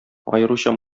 аеруча